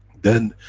then,